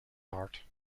heart